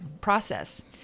process